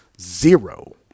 zero